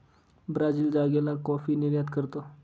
Brazil जागेला coffee निर्यात करतो